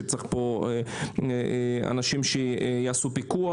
שצריך אנשים שיעשו פיקוח.